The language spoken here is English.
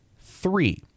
Three